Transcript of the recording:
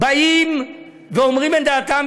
באים ואומרים את דעתם,